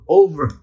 over